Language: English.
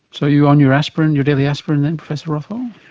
so you're on your aspirin, your daily aspirin then professor rothwell?